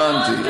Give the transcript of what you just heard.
הבנתי.